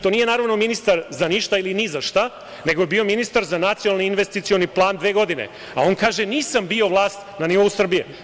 To nije naravno ministar za ništa ili ni za šta, nego je bio ministar za Nacionalni investicioni plan dve godine, a on kaže - nisam bio vlast na nivou Srbije.